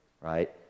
right